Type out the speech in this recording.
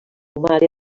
mare